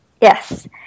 Yes